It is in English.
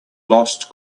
lost